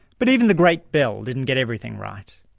but even the great bell didn't get everything right.